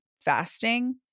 fasting